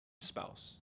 spouse